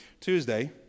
Tuesday